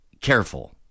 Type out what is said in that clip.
careful